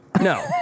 No